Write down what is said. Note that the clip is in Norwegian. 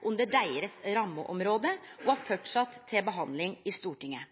under deira rammeområde og er framleis til behandling i Stortinget.